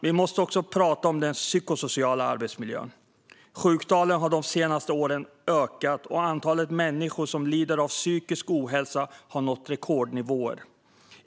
Vi måste också prata om den psykosociala arbetsmiljön. Sjuktalen har de senaste åren ökat, och antalet människor som lider av psykisk ohälsa har nått rekordnivåer.